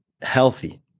healthy